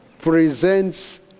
presents